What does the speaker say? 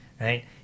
right